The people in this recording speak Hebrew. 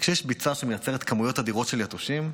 כשיש ביצה שמייצרת כמויות אדירות של יתושים,